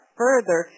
further